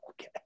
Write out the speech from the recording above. okay